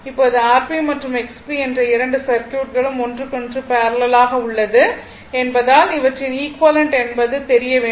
இப்போது Rp மற்றும் XP என்ற இரண்டு சர்க்யூட்களும் ஒன்றுக்கொன்று பேரலல் ஆக உள்ளது என்பதால் இவற்றின் ஈக்விவலெண்ட் என்பது தெரிய வேண்டும்